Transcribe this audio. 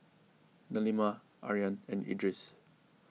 Delima Aryan and Idris